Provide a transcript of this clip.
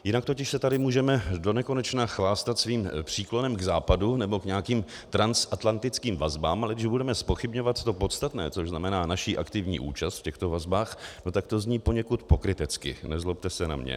Jinak se tady totiž můžeme donekonečna chvástat svým příklonem k Západu nebo k nějakým transatlantickým vazbám, ale když budeme zpochybňovat to podstatné, což znamená naši aktivní účast v těchto vazbách, tak to zní poněkud pokrytecky, nezlobte se na mě.